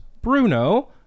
bruno